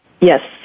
Yes